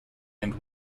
and